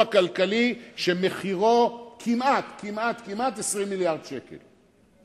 כלכלי שמחירו כמעט כמעט כמעט 20 מיליארד שקל.